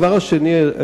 הדבר השני,